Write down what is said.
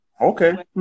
okay